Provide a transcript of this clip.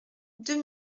deux